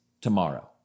tomorrow